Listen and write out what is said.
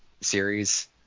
series